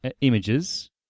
images